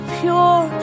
pure